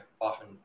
often